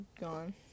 gone